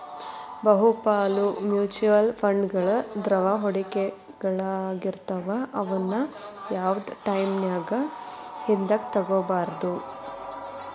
ಬಹುಪಾಲ ಮ್ಯೂಚುಯಲ್ ಫಂಡ್ಗಳು ದ್ರವ ಹೂಡಿಕೆಗಳಾಗಿರ್ತವ ಅವುನ್ನ ಯಾವ್ದ್ ಟೈಮಿನ್ಯಾಗು ಹಿಂದಕ ತೊಗೋಬೋದು